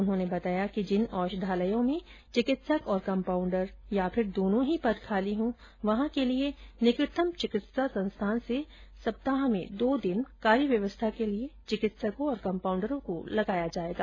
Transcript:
उन्होंने बताया कि जिन औषधालयों में चिकित्सक और कम्पाउंडर या फिर दोनो ही पद खाली हो वहां के लिए निकटतम चिकित्सा संस्थान से सप्ताह में दो दिन कार्य व्यवस्था के लिए चिकित्सकों और कम्पाउन्डरों को लगाया जाएगा